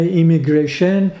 immigration